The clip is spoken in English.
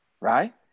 right